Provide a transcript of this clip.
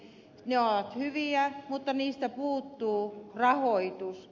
ne ovat hyviä mutta niistä puuttuu rahoitus